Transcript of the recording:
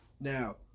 Now